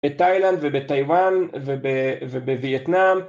בתאילנד ובטייוואן ובווייטנאם